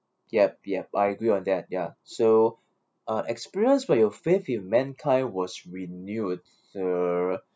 yup yup I agree on that ya so uh experience for your faith in mankind was renewed uh